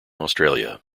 australia